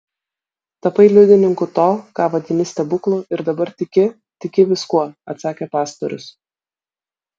tapai liudininku to ką vadini stebuklu ir dabar tiki tiki viskuo atsakė pastorius